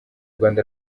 rwanda